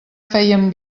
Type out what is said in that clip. fèiem